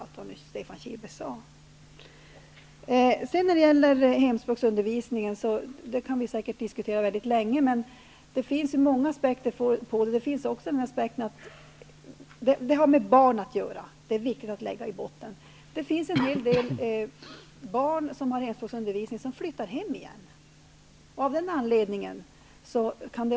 Vi kan säkert diskutera hemspråksundervisningen väldigt länge, och man kan ha många aspekter på denna. Det är viktigt att man utgår ifrån att man här har med barn att göra. Det finns barn som har hemspråksundervisning och som flyttar till hemlandet igen.